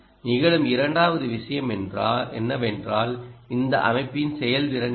நிகழும் இரண்டாவது விஷயம் என்னவென்றால் இந்த அமைப்பின் செயல்திறன் என்ன